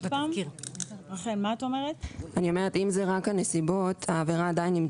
אני אומרת, אם זה רק הנסיבות, העבירה עדיין נמצאת.